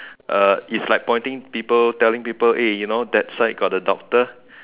uh is like pointing people telling people eh you know that side got the doctor